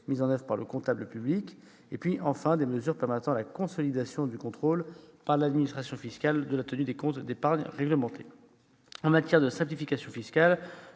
mises en oeuvre par les comptables publics ; enfin, des mesures permettant la consolidation du contrôle par l'administration fiscale de la tenue de comptes d'épargne réglementés. En matière de simplification fiscale,